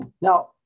Now